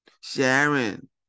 Sharon